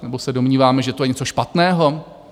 Nebo se domníváme, že to něco špatného?